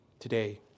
Today